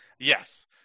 Yes